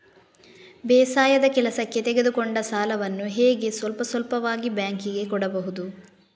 ಬೇಸಾಯದ ಕೆಲಸಕ್ಕೆ ತೆಗೆದುಕೊಂಡ ಸಾಲವನ್ನು ಹೇಗೆ ಸ್ವಲ್ಪ ಸ್ವಲ್ಪವಾಗಿ ಬ್ಯಾಂಕ್ ಗೆ ಕೊಡಬಹುದು?